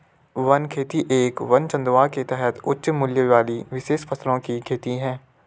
one खेती एक वन चंदवा के तहत उच्च मूल्य वाली विशेष फसलों की खेती है